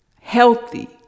healthy